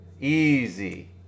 Easy